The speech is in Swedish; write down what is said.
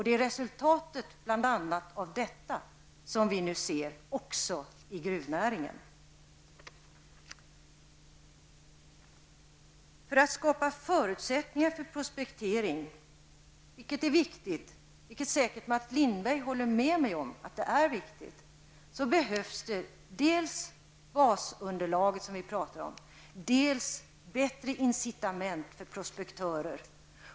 Det är resultatet bl.a. härav som vi nu ser också i gruvnäringen. För att skapa förutsättningar för prospektering, något som är viktigt -- och Mats Lindberg håller säkert med mig om att detta är viktigt -- behövs dels det basunderlag som vi har talat om, dels bättre incitament för prospektörer.